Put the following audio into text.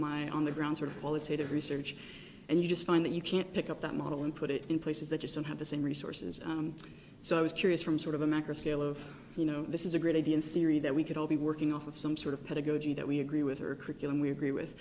my on the ground sort of qualitative research and you just find that you can't pick up that model and put it in places that isn't have the same resources so i was curious from sort of a macro scale of you know this is a great idea in theory that we could all be working off of some sort of pedagogy that we agree with her curriculum we agree with